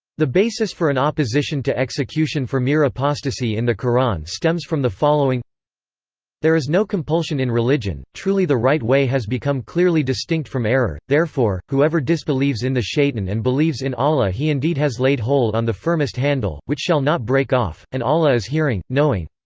the basis for an opposition to execution for mere apostasy in the qur'an stems from the following there is no compulsion in religion truly the right way has become clearly distinct from error therefore, whoever disbelieves in the shaitan and believes in allah he indeed has laid hold on the firmest handle, which shall not break off, and allah is hearing, knowing.